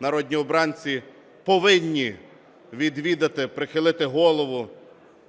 народні обранці, повинні відвідати, прихилити голову